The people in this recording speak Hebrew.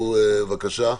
בבקשה.